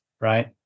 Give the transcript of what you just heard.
right